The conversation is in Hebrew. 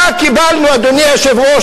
אדוני היושב-ראש,